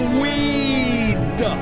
weed